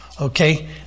Okay